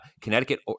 Connecticut